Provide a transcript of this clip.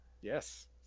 Yes